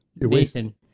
Nathan